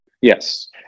Yes